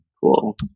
cool